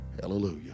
Hallelujah